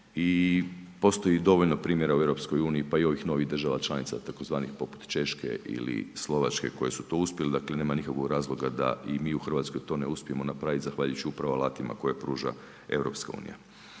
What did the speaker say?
i postoji dovoljno primjera u EU, pa i ovih novih država članica, tzv. poput Češke ili Slovačke koje su to uspjeli, dakle nema nikakvog razloga da i mi u Hrvatskoj to ne uspijemo napraviti zahvaljujući upravo alatima koje pruža EU.